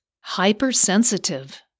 Hypersensitive